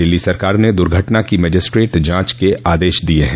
दिल्ली सरकार ने दुर्घटना की मजिस्ट्रेट जांच के आदेश दिए हैं